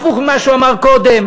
הפוך ממה שהוא אמר קודם.